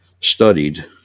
studied